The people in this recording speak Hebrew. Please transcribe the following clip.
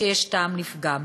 יש טעם לפגם.